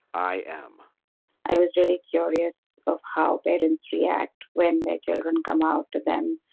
i am i was really curious of how bad industry act when their children come out to them.